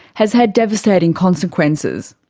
has had devastating consequences.